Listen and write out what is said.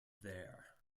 there